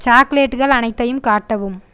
சாக்லேட்கள் அனைத்தையும் காட்டவும்